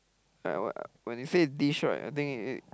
like what uh when you say dish right I think it